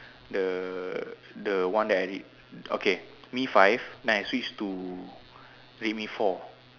the the one that I read okay mi-five then I switch to redmi-four